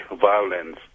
violence